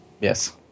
yes